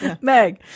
Meg